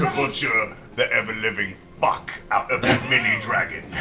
butcher the ever-living fuck out of that mini-dragon.